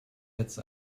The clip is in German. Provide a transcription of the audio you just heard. jetzt